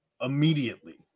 immediately